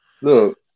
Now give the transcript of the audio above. Look